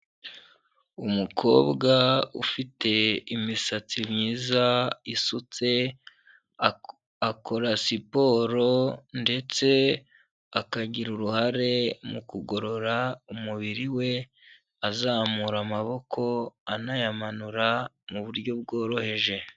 Umukobwa ufite imisatsi myiza isutse, akora siporo ndetse akagira uruhare mu kugorora umubiri we, azamura amaboko anayamanura mu buryo bworoheje.